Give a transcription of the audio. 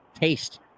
taste